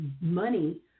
money